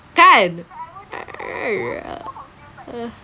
kan uh